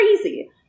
crazy